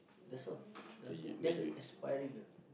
that's all nothing that's inspiring ah